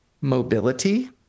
mobility